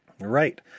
Right